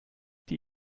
die